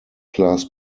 class